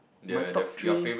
my top three